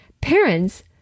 parents